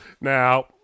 Now